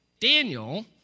Daniel